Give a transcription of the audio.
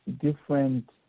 different